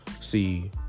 see